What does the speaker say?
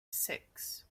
six